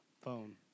phone